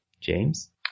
James